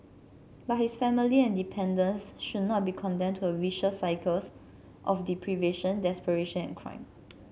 but his family and dependants should not be condemned to a vicious cycles of deprivation desperation and crime